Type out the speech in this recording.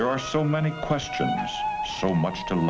there are so many questions so much to